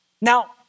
Now